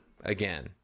Again